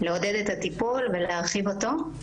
לעודד את הטיפול ולהרחיב אותו.